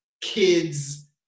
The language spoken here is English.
kids